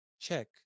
check